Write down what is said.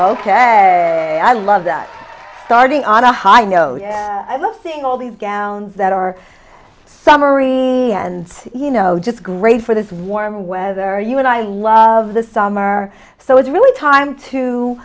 ok i love that starting on a high note i love seeing all these gals that are summery and you know just great for this warm weather you and i love the summer so it's really time to